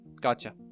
gotcha